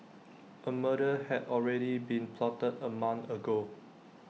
A murder had already been plotted A month ago